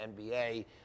NBA